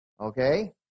Okay